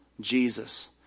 Jesus